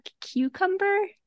cucumber